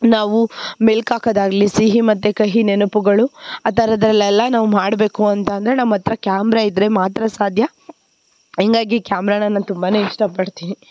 ನಾವು ಮೆಲ್ಕು ಹಾಕೋದಾಗ್ಲಿ ಸಿಹಿ ಮತ್ತು ಕಹಿ ನೆನಪುಗಳು ಆ ಥರದ್ದರಲ್ಲೆಲ್ಲ ನಾವು ಮಾಡಬೇಕು ಅಂತಂದರೆ ನಮ್ಮ ಹತ್ರ ಕ್ಯಾಮ್ರ ಇದ್ದರೆ ಮಾತ್ರ ಸಾಧ್ಯ ಹಿಂಗಾಗಿ ಕ್ಯಾಮ್ರನ ನಾನು ತುಂಬ ಇಷ್ಟಪಡ್ತೀನಿ